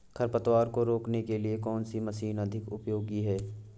खरपतवार को रोकने के लिए कौन सी मशीन अधिक उपयोगी है?